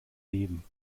leben